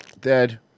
Dead